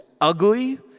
ugly